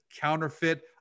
counterfeit